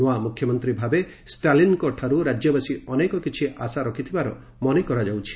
ନୂଆ ମୁଖ୍ୟମନ୍ତ୍ରୀଭାବେ ଷ୍ଟାଲିନ୍ଙ୍କଠାରୁ ରାଜ୍ୟବାସୀ ଅନେକ କିଛି ଆଶା ରଖିଥିବାର ମନେ କରାଯାଉଛି